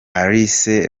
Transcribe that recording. alice